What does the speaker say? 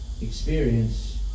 experience